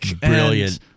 Brilliant